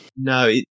No